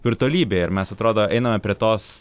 virtualybėj ir mes atrodo einame prie tos